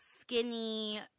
skinny